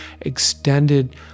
extended